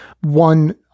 one